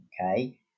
okay